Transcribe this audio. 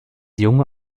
junge